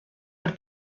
por